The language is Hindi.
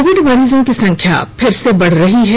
कोविड मरीजों की संख्या फिर से बढ़ रही है